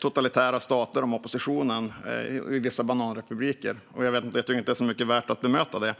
totalitära stater, och vissa bananrepubliker, använda om oppositionen. Jag tycker inte att det är värt att bemöta det.